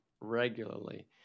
regularly